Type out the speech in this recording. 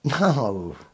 no